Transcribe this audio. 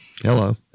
Hello